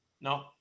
No